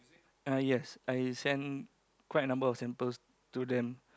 uh yes I send quite a number of samples to them